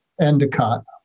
Endicott